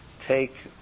take